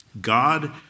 God